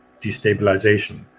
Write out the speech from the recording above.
destabilization